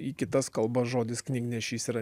į kitas kalbas žodis knygnešys yra